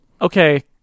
Okay